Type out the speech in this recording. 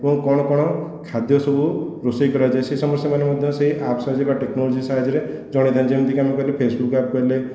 ଏବଂ କ'ଣ କ'ଣ ଖାଦ୍ୟ ସବୁ ରୋଷେଇ କରାଯାଏ ସେସବୁ ସେମାନେ ମଧ୍ୟ ସେ ଆପ୍ ସାହାଯ୍ୟରେ ବା ଟେକ୍ନୋଲୋଜି ସାହାଯ୍ୟରେ ଜଣେଇଥାନ୍ତି ଯେମିତିକି ଆମେ କହିଲେ ଫେସବୁକ ଆପ୍ କହିଲେ